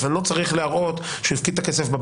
הוא לא צריך לרוץ להוצאה לפועל.